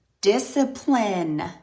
discipline